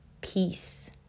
peace